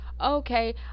okay